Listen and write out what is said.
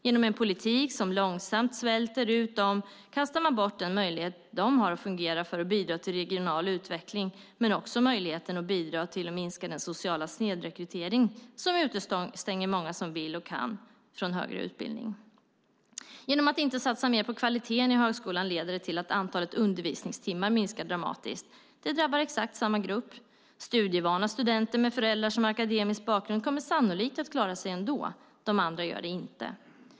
Genom en politik som långsamt svälter ut dem kastar man bort den möjlighet som de har att bidra till regional utveckling men också möjligheten att bidra till att minska den sociala snedrekrytering som utestänger många som vill och kan från högre utbildning. Genom att man inte satsar mer på kvaliteten i högskolan leder det till att antalet undervisningstimmar minskar dramatiskt. Det drabbar exakt samma grupp. Studievana studenter med föräldrar som har akademisk bakgrund kommer säkert att klara sig ändå, de andra gör det inte.